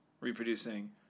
reproducing